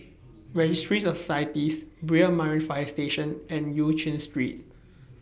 Registry of Societies Brani Marine Fire Station and EU Chin Street